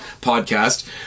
podcast